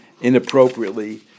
inappropriately